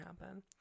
happen